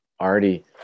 already